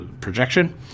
projection